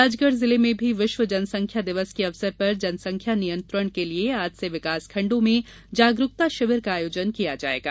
राजगढ़ जिले में भी विश्व जनसंख्या दिवस के अवसर पर जनसंख्या नियंत्रण के लिए आज से विकासखण्डों में जागरुकता शिविर का आयोजन किया जायेगा